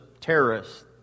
terrorists